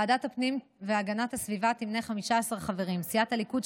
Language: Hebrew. ועדת הפנים והגנת הסביבה תמנה 15 חברים: סיעת הליכוד,